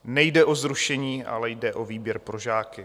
Nejde o zrušení, ale jde o výběr pro žáky.